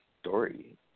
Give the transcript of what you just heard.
story